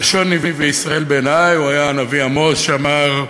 ראשון נביאי ישראל, בעיני, היה הנביא עמוס, שאמר: